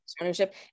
ownership